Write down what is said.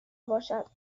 باشد